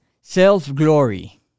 self-glory